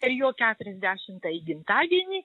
per jo keturiasdešimtąjį gimtadienį